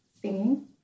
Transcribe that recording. singing